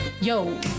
Yo